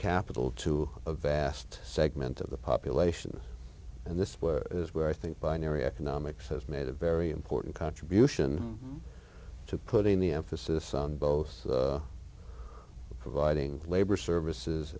capital to a vast segment of the population and this is where i think binary economics has made a very important contribution to putting the emphasis on both providing labor services